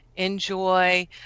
enjoy